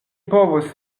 povos